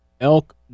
elk